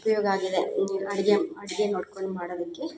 ಉಪಯೋಗ ಆಗಿದೆ ಅಡ್ಗೆ ಅಡ್ಗೆ ನೋಡ್ಕೊಂಡು ಮಾಡದಿಕ್ಕೆ